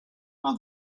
and